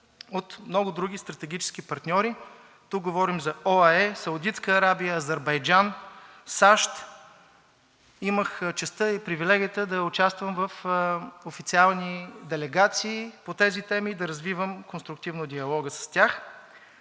от много други стратегически партньори. Тук говорим за ОАЕ, Саудитска Арабия, Азербайджан, САЩ. Имах честта и привилегията да участвам в официални делегации по тези теми и да развивам конструктивно диалога с тях.